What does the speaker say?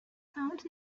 sounds